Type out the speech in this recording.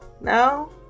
no